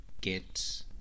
get